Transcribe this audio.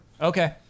Okay